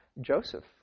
Joseph